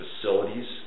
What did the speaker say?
facilities